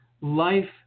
life